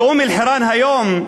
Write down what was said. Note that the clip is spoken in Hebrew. שאום-אלחיראן, היום,